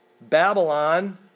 Babylon